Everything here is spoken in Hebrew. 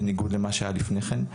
בניגוד למה שהיה לפני כן,